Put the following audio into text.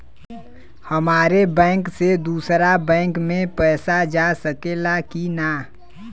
हमारे बैंक से दूसरा बैंक में पैसा जा सकेला की ना?